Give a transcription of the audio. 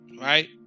right